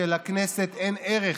שלכנסת אין ערך,